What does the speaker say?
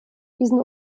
diesen